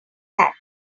hatch